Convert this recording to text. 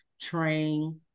train